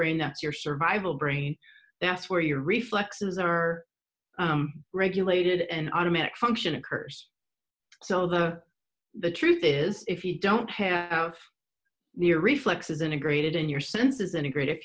brain that's your survival brain that's where your reflexes are regulated and automatic function occurs so that the truth is if you don't have near reflexes integrated in your senses integrate